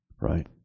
right